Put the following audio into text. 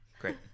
Great